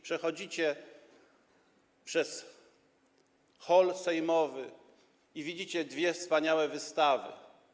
Przechodzicie przez hol sejmowy i widzicie dwie wspaniałe wystawy.